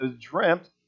dreamt